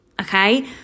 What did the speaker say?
okay